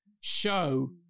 show